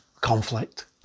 conflict